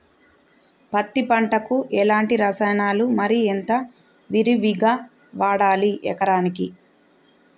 పత్తి పంటకు ఎలాంటి రసాయనాలు మరి ఎంత విరివిగా వాడాలి ఎకరాకి?